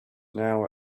now